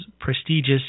prestigious